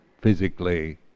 physically